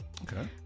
Okay